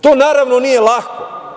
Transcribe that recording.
To naravno nije lako.